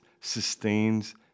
sustains